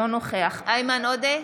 אינו נוכח איימן עודה,